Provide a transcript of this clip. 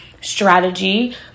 strategy